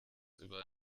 über